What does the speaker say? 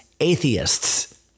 atheists